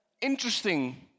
interesting